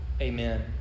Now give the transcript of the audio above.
Amen